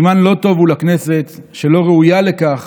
סימן לא טוב הוא לכנסת שלא ראויה לכך,